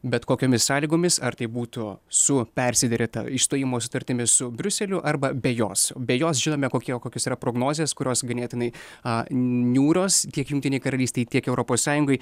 bet kokiomis sąlygomis ar tai būtų su persiderėta išstojimo sutartimi su briuseliu arba be jos be jos žinome kokie o kokios yra prognozės kurios ganėtinai a niūrios tiek jungtinei karalystei tiek europos sąjungai